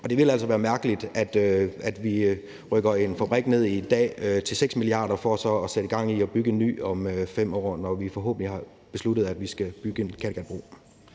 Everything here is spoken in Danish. og det ville altså være mærkeligt, at vi river en fabrik ned til 6 mia. kr. i dag for så at sætte gang i at bygge en ny om 5 år, når vi forhåbentlig har besluttet, at vi skal bygge en Kattegatbro.